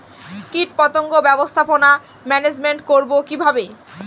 কীটপতঙ্গ ব্যবস্থাপনা ম্যানেজমেন্ট করব কিভাবে?